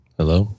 Hello